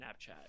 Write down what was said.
Snapchat